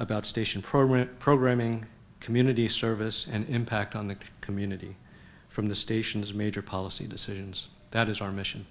about station program programming community service and impact on the community from the stations major policy decisions that is our mission